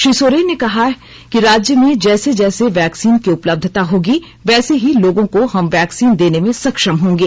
श्री सोरेन ने कहा है कि राज्य में जैसे जैसे वैक्सीन की उपलब्यता होगी वैसे ही लोगों को हम वैक्सीन देने में सक्षम होंगे